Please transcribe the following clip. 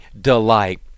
delight